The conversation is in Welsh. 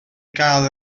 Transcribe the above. gael